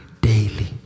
daily